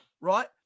right